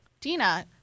Dina